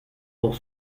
pour